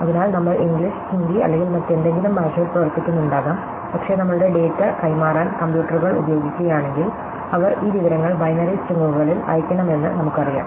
അതിനാൽ നമ്മൾ ഇംഗ്ലീഷ് ഹിന്ദി അല്ലെങ്കിൽ മറ്റെന്തെങ്കിലും ഭാഷയിൽ പ്രവർത്തിക്കുന്നുണ്ടാകാം പക്ഷേ നമ്മളുടെ ഡാറ്റ കൈമാറാൻ കമ്പ്യൂട്ടറുകൾ ഉപയോഗിക്കുകയാണെങ്കിൽ അവർ ഈ വിവരങ്ങൾ ബൈനറി സ്ട്രിംഗുകളിൽ അയയ്ക്കണമെന്ന് നമുക്കറിയാം